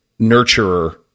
nurturer